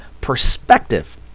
perspective